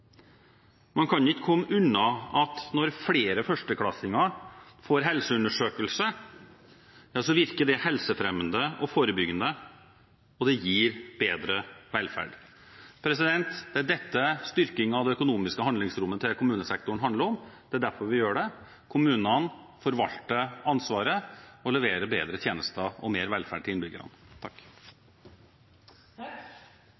komme unna at når flere førsteklassinger får helseundersøkelse, virker det helsefremmende og forebyggende, og det gir bedre velferd. Det er dette styrkingen av det økonomiske handlingsrommet til kommunesektoren handler om – det er derfor vi gjør det. Kommunene forvalter ansvaret og leverer bedre tjenester og mer velferd til innbyggerne.